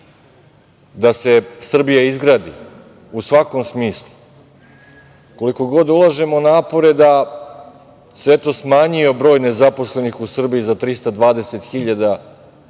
da se Srbija izgradi u svako smislu, koliko god ulažemo napore da se smanji broj nezaposlenih u Srbiji za 320 hiljada